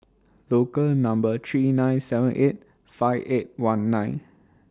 Local Number three nine seven eight five eight one nine